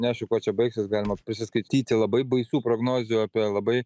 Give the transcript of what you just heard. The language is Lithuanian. neaišku kuo čia baigsis galima pasiskaityti labai baisių prognozių apie labai